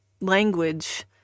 language